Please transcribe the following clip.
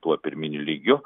tuo pirminiu lygiu